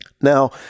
Now